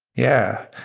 yeah.